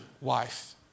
wife